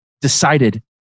decided